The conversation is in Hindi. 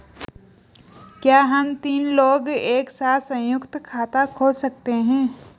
क्या हम तीन लोग एक साथ सयुंक्त खाता खोल सकते हैं?